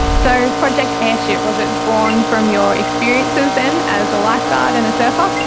so project airship, was it born from your experiences then as a lifeguard and a surfer?